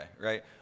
right